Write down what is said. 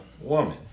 woman